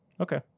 Okay